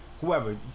whoever